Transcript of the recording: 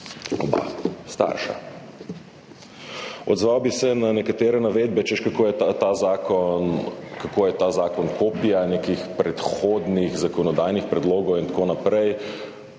oba starša. Odzval bi se na nekatere navedbe, češ kako je ta zakon kopija nekih predhodnih zakonodajnih predlogov in tako naprej.